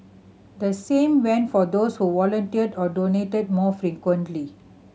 the same went for those who volunteered or donated more frequently